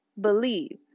believe